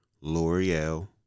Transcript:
L'Oreal